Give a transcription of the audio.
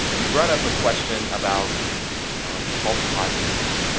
you brought up a question about false positives.